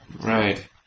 Right